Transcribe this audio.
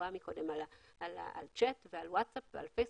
צ'ט או פייסבוק.